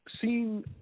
seen –